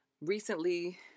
recently